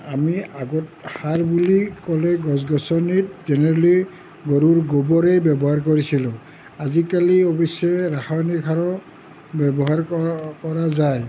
আমি আগতে সাৰ বুলি ক'লে গছ গছনিত জেনেৰেলি গৰুৰ গোবৰেই ব্যৱহাৰ কৰিছিলোঁ আজিকালি অৱশ্যে ৰাসায়নিক সাৰো ব্যৱহাৰ কৰা কৰা যায়